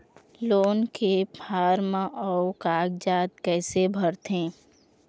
Loan के form अऊ कागजात कइसे भरथें?